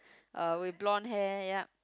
uh with blonde hair yup